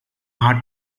hard